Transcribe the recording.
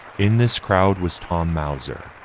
in this crowd was tom mauser,